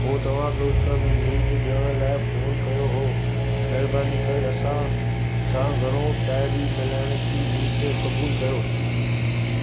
मूं तव्हां खे उत्सव में नीड ॾियण लाइ फोन कयो हो महिरबानी करे असां सां घणो डायरी मिलण जी नीड क़बूल कयो